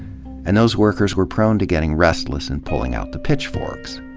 and those workers were prone to getting restless and pulling out the pitchforks.